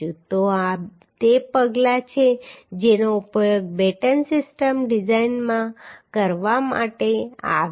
તો આ તે પગલાં છે જેનો ઉપયોગ બેટન સિસ્ટમ ડિઝાઇન કરવા માટે કરવામાં આવશે